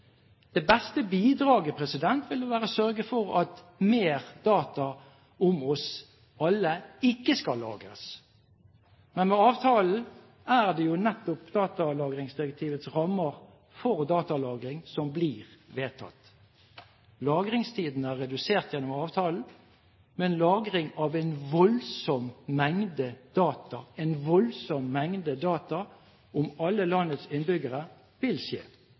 Det beste bidraget ville være å sørge for at mer data om oss alle ikke skal lagres. Men med avtalen er det jo nettopp datalagringsdirektivets rammer for datalagring som blir vedtatt. Lagringstiden er redusert gjennom avtalen, men lagring av en voldsom mengde data om alle landets innbyggere vil skje.